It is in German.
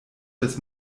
des